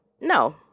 no